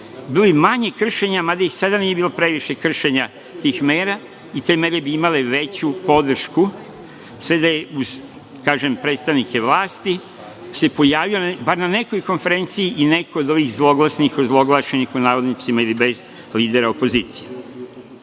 Bilo bi manje kršenja, mada i sada nije bilo previše kršenja tih mera i te mere bi imale veću podršku, da se uz predstavnike vlasti se pojavio barem na nekoj konferenciji i neko od ovih zloglasnih i ozloglašenih pod navodnicima ili bez, lidera opozicije.